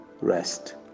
rest